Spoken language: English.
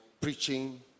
preaching